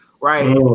right